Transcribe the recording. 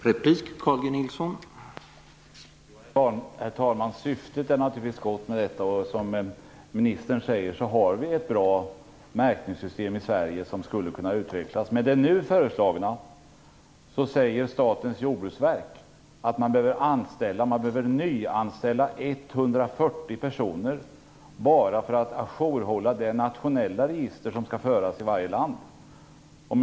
Herr talman! Syftet är naturligtvis gott med detta. Och som ministern säger har vi ett bra märkningssystem i Sverige som skulle kunna utvecklas. Med det nu föreslagna säger Statens jordbruksverk att man behöver nyanställa 140 personer bara för att hålla det nationella register som skall föras i varje land á jour.